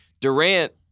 Durant